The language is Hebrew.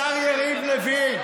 השר יריב לוין.